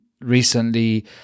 recently